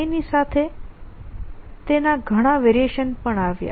સમયની સાથે તેના ઘણા વેરિએશન પણ આવ્યા